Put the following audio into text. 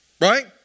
right